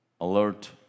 Alert